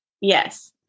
Yes